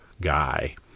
guy